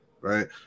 Right